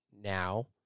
now